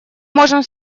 можем